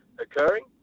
occurring